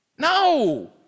No